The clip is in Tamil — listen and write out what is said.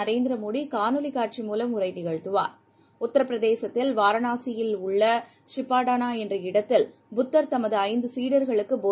நரேந்திரமோடிகாணொலிகாட்சி மூலம் உரைநிகழ்த்துவார் உத்தரபிரதேசத்தில் வாரணாசியில் உள்ளசிபாடானாஎன்ற புத்தர் இடத்தில் தமதுஐந்துசீடர்களுக்குபோதனைசெய்தார்